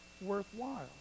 worthwhile